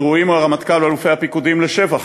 וראויים הרמטכ"ל ואלופי הפיקודים לשבח,